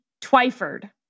Twyford